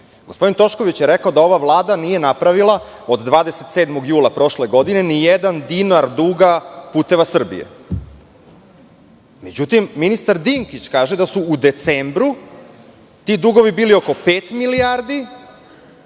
Gospodin Tošković je rekao da ova Vlada nije napravila od 27. jula prošle godine nijedan dinar duga "Puteva Srbije". Međutim, ministar Dinkić kaže da su u decembru ti dugovi bili oko pet milijardi,